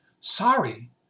Sorry